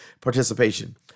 participation